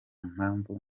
mpamvu